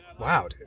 Wow